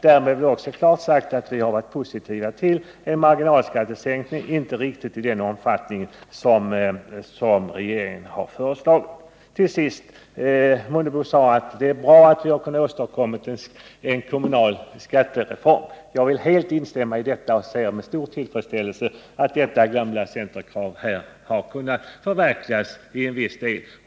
Därmed är också sagt att vi har varit positiva till en marginalskattesänkning, ehuru inte riktigt i den omfattning som regeringen har föreslagit. Till sist: Herr Mundebo sade att det är bra att vi har kunnat åstadkomma en kommunalskattereform. Jag vill helt instämma i detta och ser med stor tillfredsställelse att ett gammalt centerkrav har kunnat förverkligas till viss del.